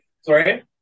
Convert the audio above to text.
Sorry